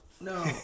No